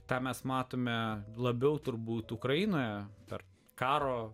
tą mes matome labiau turbūt ukrainoje per karo